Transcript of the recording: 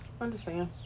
understand